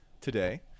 today